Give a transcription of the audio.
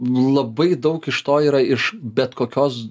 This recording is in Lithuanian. labai daug iš to yra iš bet kokios